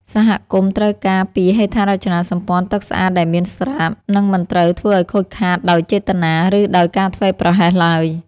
សហគមន៍ត្រូវការពារហេដ្ឋារចនាសម្ព័ន្ធទឹកស្អាតដែលមានស្រាប់ និងមិនត្រូវធ្វើឱ្យខូចខាតដោយចេតនា ឬដោយការធ្វេសប្រហែសឡើយ។